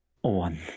one